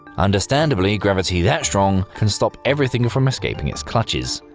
understandably gravity that strong can stop everything from escaping its clutches,